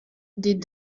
die